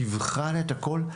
תבחן את הכול,